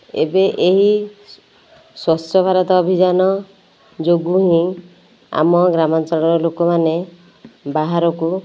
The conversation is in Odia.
ଏବେ ଏହି ସ୍ୱଚ୍ଛ ଭାରତ ଅଭିଯାନ ଯୋଗୁଁ ହିଁ ଆମ ଗ୍ରାମାଞ୍ଚଳର ଲୋକମାନେ ବାହାରକୁ